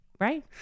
right